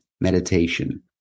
meditation